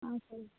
ஆ சரி